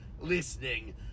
listening